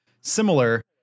similar